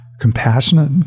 compassionate